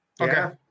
Okay